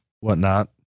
whatnot